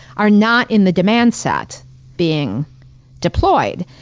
are not in the demand set being deployed.